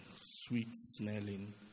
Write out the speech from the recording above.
sweet-smelling